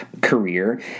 career